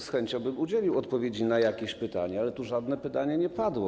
Z chęcią bym udzielił odpowiedzi na jakieś pytanie, ale tu żadne pytanie nie padło.